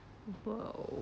!whoa!